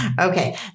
Okay